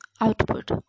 output